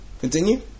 Continue